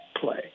play